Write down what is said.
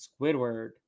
Squidward